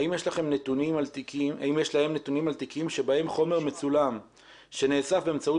האם יש להם נתונים על תיקים שבהם חומר מצולם שנאסף באמצעות